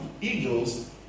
eagles